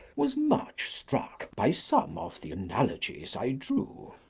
was much struck by some of the analogies i drew.